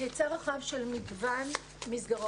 היצע רחב של מגוון מסגרות.